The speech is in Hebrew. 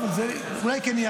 זה לא יהיה